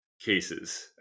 cases